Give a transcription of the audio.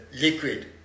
liquid